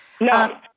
No